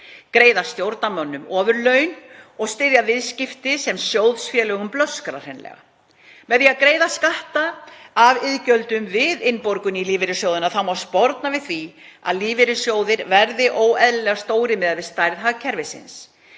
greiða stjórnarmönnum ofurlaun og styðja viðskipti sem sjóðfélögum blöskrar hreinlega. Með því að greiða skatta af iðgjöldum við innlögn í lífeyrissjóði má sporna við því að lífeyrissjóðir verði óeðlilega stórir miðað við stærð hagkerfisins.